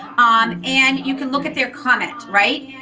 um and you can look at their comment, right?